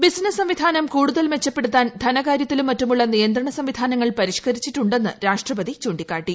business സംവിധാനം കൂടുതൽ മെച്ചപ്പെടുത്താൻ ധനകാര്യത്തിലും മറ്റുമുള്ള നിയന്ത്രണ സംവിധാനങ്ങൾ പരിഷ്കരിച്ചിട്ടുണ്ടെന്ന് രാഷ്ട്രപതി ചൂണ്ടിക്കാട്ടി